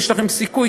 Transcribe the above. כי יש לכם סיכוי,